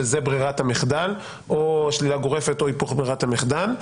שזו ברירת המחדל או שלילה גורפת או היפוך ברירת המחדל.